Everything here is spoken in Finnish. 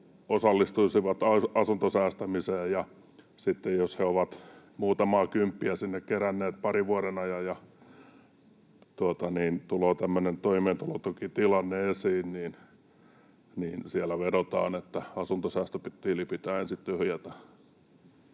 osallistuisivat asuntosäästämiseen: sitten jos he ovat muutamia kymppejä sinne keränneet parin vuoden ajan ja tulee tämmöinen toimeentulotukitilanne esiin, niin siellä vedotaan, että asuntosäästötili pitää ensin tyhjätä.